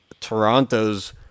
Toronto's